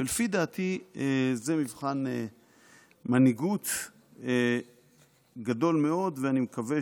ולפי דעתי זה מבחן מנהיגות גדול מאוד, ואני מקווה